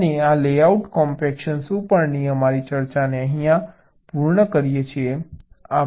અને આ layout compaction ઉપરની અમારી ચર્ચાને પૂર્ણ કરીએ છીએ